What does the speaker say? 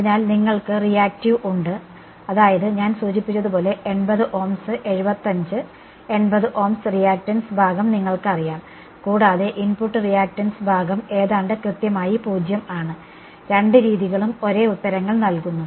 അതിനാൽ നിങ്ങൾക്ക് റിയാക്ടീവ് ഉണ്ട് അതായത് ഞാൻ സൂചിപ്പിച്ചതുപോലെ 80 ഓംസ് 75 80 ഓംസ് റീയാക്റ്റൻസ് ഭാഗം നിങ്ങൾക്കറിയാം കൂടാതെ ഇൻപുട്ട് റിയാക്ടൻസ് ഭാഗം ഏതാണ്ട് കൃത്യമായി 0 ആണ് രണ്ട് രീതികളും ഒരേ ഉത്തരങ്ങൾ നൽകുന്നു